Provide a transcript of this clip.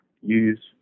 use